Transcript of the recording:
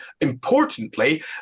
importantly